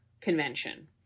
Convention